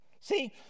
See